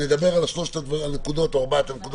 נדבר על שלוש הנקודות או